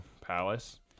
Palace